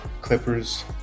Clippers